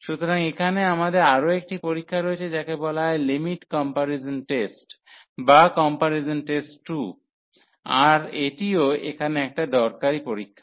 সুতরাং এখানে আমাদের আরও একটি পরীক্ষা রয়েছে যাকে বলা হয় লিমিট কম্পারিজন টেস্ট বা কম্পারিজন টেস্ট 2 আর এটিও এখানে একটা দরকারী পরীক্ষা